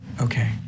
okay